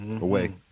away